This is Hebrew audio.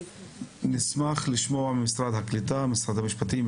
נשמח לשמוע את משרד הקליטה ומשרד המשפטים.